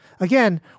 Again